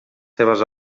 seves